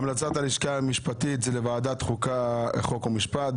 המלצת הלשכה המשפטית היא לוועדת החוקה, חוק ומשפט.